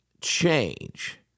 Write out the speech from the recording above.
change